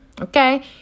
Okay